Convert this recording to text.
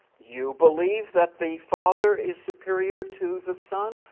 you believe that the father is superior to the son,